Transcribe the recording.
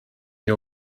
ihr